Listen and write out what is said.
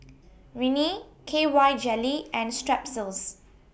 Rene K Y Jelly and Strepsils